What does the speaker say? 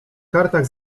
kartach